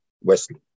Wesley